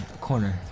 Corner